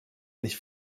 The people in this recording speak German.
nicht